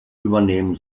übernehmen